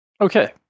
Okay